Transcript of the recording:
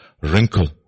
wrinkle